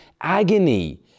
agony